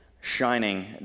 shining